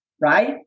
right